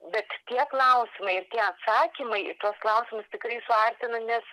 bet tie klausimai ir tie atsakymai į tuos klausimus tikrai suartina nes